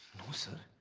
no sir,